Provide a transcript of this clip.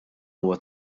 huwa